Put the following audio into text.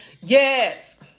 Yes